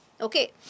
Okay